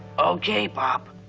okay, pop.